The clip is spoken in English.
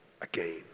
again